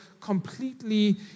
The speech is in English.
completely